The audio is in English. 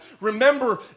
Remember